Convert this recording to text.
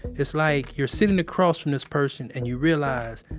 it's like you're sitting across from this person and you realize,